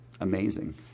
Amazing